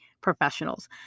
professionals